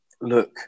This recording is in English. look